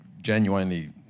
genuinely